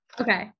Okay